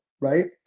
Right